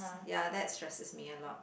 ya that stresses me a lot